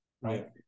right